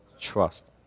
trust